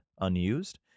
unused